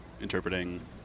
interpreting